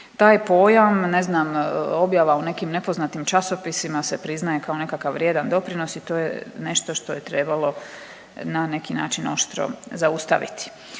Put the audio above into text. taj pojam. Ne znam objava u nekom nepoznatim časopisima se priznaje kao nekakav vrijedan doprinos i to je nešto što je trebalo na neki način oštro zaustaviti.